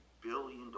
billion